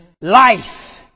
life